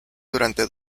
durante